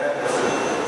כן.